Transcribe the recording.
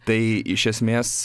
tai iš esmės